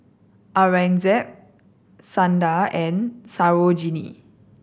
Aurangzeb Sundar and Sarojini